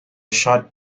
shot